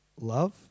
love